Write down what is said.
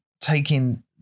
taking